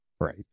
Right